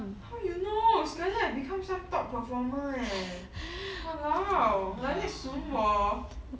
how you know become some top performer eh !walao! like that 损我